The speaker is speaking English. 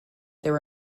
there